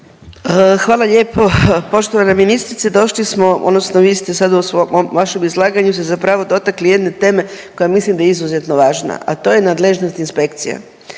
Hvala lijepo. Poštovana ministrice došli smo odnosno vi ste sada u svom, vašem izlaganju se zapravo dotakli jedne teme koja mislim da je izuzetno važna, a to je nadležnost inspekcija.